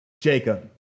Jacob